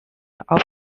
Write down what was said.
are